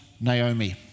Naomi